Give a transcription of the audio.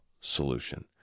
solution